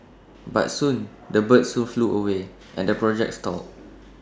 but soon the birds soon flew away and the project stalled